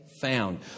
found